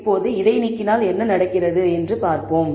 இப்போது இதை நீக்கினால் என்ன நடக்கிறது என்று பார்ப்போம்